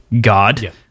God